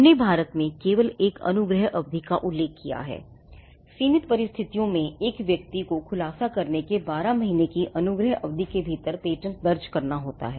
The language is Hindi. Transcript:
हमने भारत में केवल एक अनुग्रह अवधि का उल्लेख किया है सीमित परिस्थितियों में एक व्यक्ति को खुलासा करने के बारह महीने की अनुग्रह अवधि के भीतर पेटेंट दर्ज करना होता है